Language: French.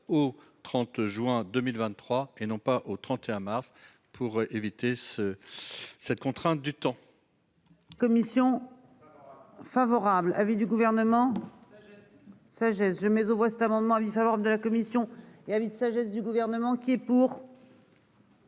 au 30 juin 2023 et non pas au 31 mars pour éviter ce. Cette contrainte du temps.-- Commission. Favorable, l'avis du Gouvernement. Sagesse je mais on voit cet amendement avis favorable de la commission et sagesse du gouvernement qui est pour.--